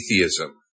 atheism